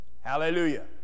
Hallelujah